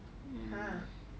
mm